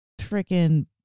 freaking